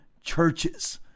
churches